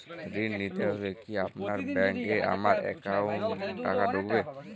ঋণ নিতে হলে কি আপনার ব্যাংক এ আমার অ্যাকাউন্ট থাকতে হবে?